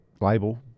label